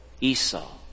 Esau